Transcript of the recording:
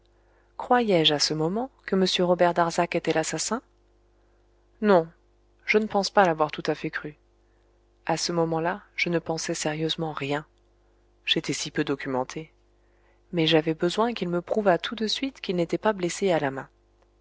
croyais je à ce moment que m robert darzac était l'assassin non je ne pense pas l'avoir tout à fait cru à ce moment-là je ne pensais sérieusement rien j'étais si peu documenté mais j'avais besoin qu'il me prouvât tout de suite qu'il n'était pas blessé à la main